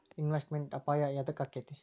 Investment ಅಪಾಯಾ ಯದಕ ಅಕ್ಕೇತಿ?